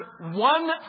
one